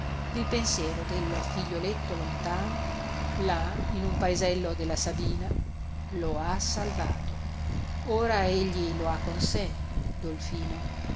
il pensiero del figlioletto lontano là in un paesello della sabina lo ha salvato ora egli lo ha